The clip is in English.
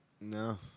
No